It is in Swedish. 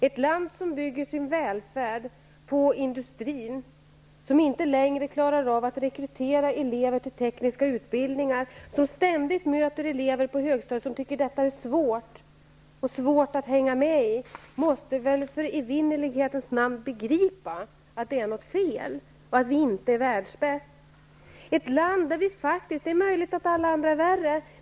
Ett land som bygger sin välfärd på industrin, men som inte längre klarar av rekryteringen till tekniska utbildningar, och där man ständigt möter elever på högstadiet som tycker detta är svårt att hänga med i, måste väl begripa att det är något fel och att vi inte är världsbäst. Det är möjligt att alla andra är värre.